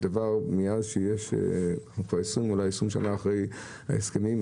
אנחנו כבר 20 שנים אחרי ההסכמים,